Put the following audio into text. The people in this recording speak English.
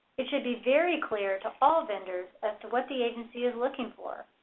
it should be very clear to all vendors as to what the agency is looking for.